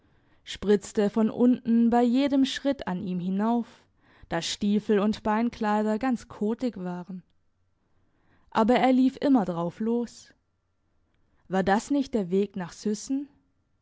spritzte von unten bei jedem schritt an ihm hinauf dass stiefel und beinkleider ganz kotig waren aber er lief immer drauf los war das nicht der weg nach süssen